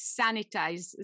sanitize